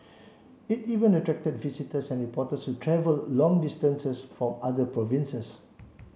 it even attracted visitors and reporters who travel long distances from other provinces